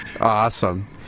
Awesome